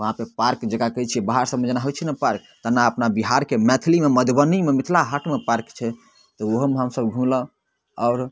वहाँपर पार्क जकरा कहै छै बाहर सबमे जेना होइ छै ने पार्क तेना अपना बिहारके मैथिलीमे मधुबनीमे मिथिला हाटमे पार्क छै तऽ ओहोमे हमसब घुमलहुँ आओर